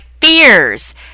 fears